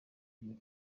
iyo